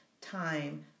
time